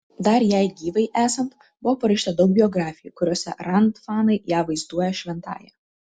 dar jai gyvai esant buvo parašyta daug biografijų kuriose rand fanai ją vaizduoja šventąja